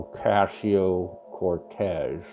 Ocasio-Cortez